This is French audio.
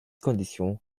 conditions